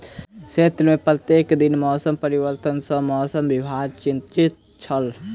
क्षेत्र में प्रत्येक दिन मौसम परिवर्तन सॅ मौसम विभाग चिंतित छल